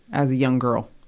as a young girl.